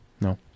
No